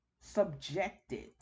subjected